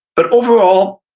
but overall,